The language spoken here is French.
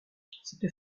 cette